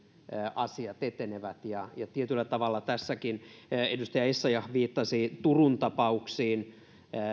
asiat etenevät ja ja tietyllä tavalla tässäkin edustaja essayah viittasi turun tapauksiin